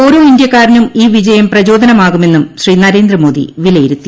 ഓരോ ഇന്ത്യക്കാരനും ഈ വിജയം പ്രചോദനമാകുമെന്നും ശ്രീ നരേന്ദ്രമോദി വിലയിരുത്തി